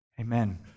Amen